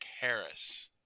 Harris